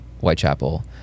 Whitechapel